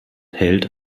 held